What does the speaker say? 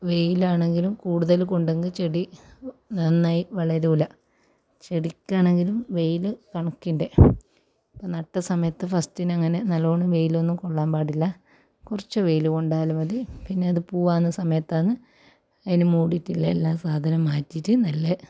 വെയിലാണെങ്കിലും കുടുതൽ കൊണ്ടെങ്കിൽ ചെടി നന്നായി വളരില്ല ചെടിക്കാണെങ്കിലും വെയിൽ കണക്കിൻ്റെ അപ്പോൾ നട്ട സമയത്ത് ഫസ്റ്റിനങ്ങനെ നല്ലവണ്ണം വെയിലൊന്നും കൊള്ളാൻ പാടില്ല കുറച്ച് വെയിൽ കൊണ്ടാൽ മതി പിന്നെ അത് പൂവാകുന്ന സമയത്താണ് അതിൽ മൂടിയിട്ടില്ലേ എല്ലാ സാധനവും മാറ്റിയിട്ട് നല്ല